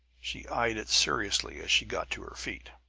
she eyed it seriously as she got to her feet.